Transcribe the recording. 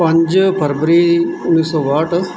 ਪੰਜ ਫਰਵਰੀ ਉੱਨੀ ਸੌ ਬਾਹਠ